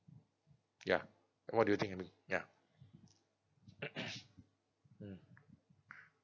yeah what do you think I mean yeah mm